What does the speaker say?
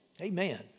Amen